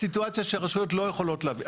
הסיטואציה של רשויות שלא יכולות להביא,